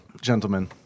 Gentlemen